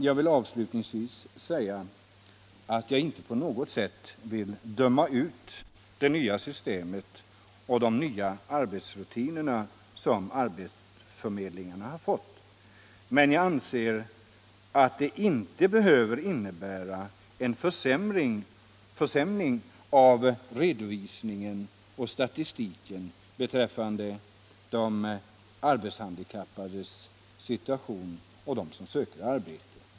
Jag vill avslutningsvis säga att jag inte på något sätt vill döma ut det nya system och de nya arbetsrutiner som arbetsförmedlingarna har fått. Men jag anser att det inte behöver innebära en försämring av redovisningen och statistiken beträffande de arbetshandikappades situation och beträffande den som söker arbete.